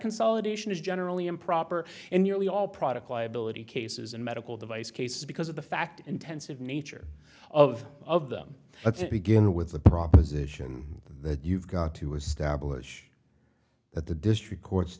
consolidation is generally improper in nearly all product liability cases and medical device cases because of the fact intensive nature of of them let's begin with the proposition that you've got to establish that the district court